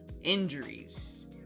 injuries